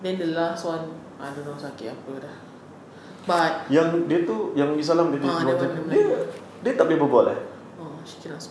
then the last one I don't know sakit apa sudah but ya she cannot speak